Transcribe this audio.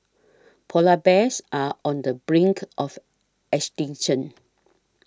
Polar Bears are on the brink of extinction